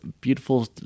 beautiful